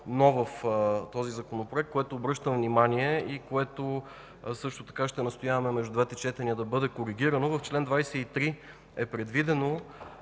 „но” в този Законопроект, на което обръщам внимание и което също ще настояваме между двете четения да бъде коригирано: в чл. 23 е предвидено